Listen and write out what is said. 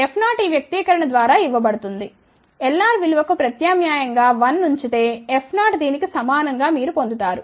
F0 ఈ వ్యక్తీకరణ ద్వారాఇవ్వబడుతుంది Lr విలువ కు ప్రత్యామ్నాయం గా 1 ఉంచితే F0 దీనికి సమానం గా మీరు పొందుతారు